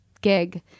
gig